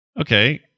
okay